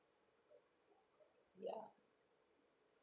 ya